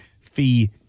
fee